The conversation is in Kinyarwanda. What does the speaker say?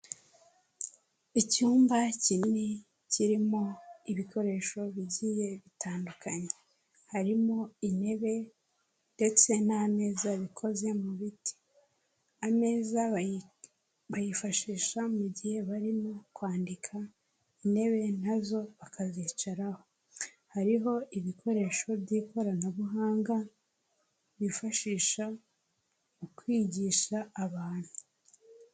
Icyumba kinini kirimo ibikoresho bigiye bitandukanye harimo intebe ndetse n'ameza bikoze mu biti, ameza bayifashisha mu gihe barimo kwandika, intebe na zo bakazicaraho, hariho ibikoresho by'ikoranabuhanga bifashisha mu kwigisha abantu.